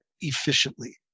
efficiently